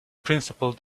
principle